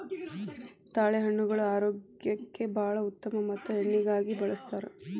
ತಾಳೆಹಣ್ಣುಗಳು ಆರೋಗ್ಯಕ್ಕೆ ಬಾಳ ಉತ್ತಮ ಮತ್ತ ಎಣ್ಣಿಗಾಗಿ ಬಳ್ಸತಾರ